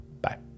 Bye